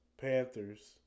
Panthers